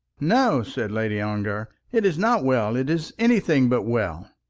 no, said lady ongar, it is not well. it is anything but well.